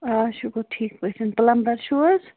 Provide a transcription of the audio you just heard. آ شُکُر ٹھیٖک پٲٹھۍ پُلمبر چھِو حظ